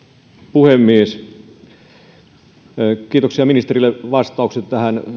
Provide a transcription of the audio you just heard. puhemies kiitoksia ministerille vastauksesta